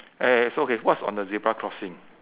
uh so okay what's on the zebra crossing